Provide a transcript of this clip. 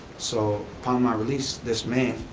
so upon my release, this may,